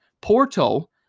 Porto